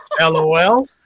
LOL